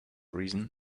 reason